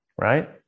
Right